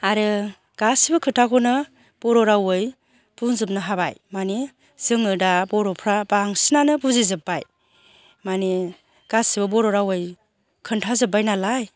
आरो गासिबो खोथाखौनो बर' रावै बुंजोबनो हाबाय माने जोङो दा बर'फ्रा बांसिनानो बुजिजोब्बाय माने गासिबो बर' रावै खोन्था जोब्बाय नालाय